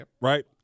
right